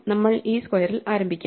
നമ്മൾ ഈ സ്ക്വയറിൽ ആരംഭിക്കാം